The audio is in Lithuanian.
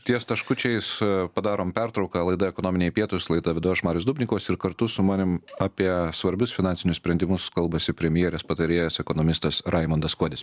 ties taškučiais padarom pertrauką laida ekonominiai pietūs laidą vedu aš marius dubnikovas ir kartu su manim apie svarbius finansinius sprendimus kalbasi premjerės patarėjas ekonomistas raimundas kuodis